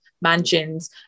mansions